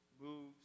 moves